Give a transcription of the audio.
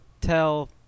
tell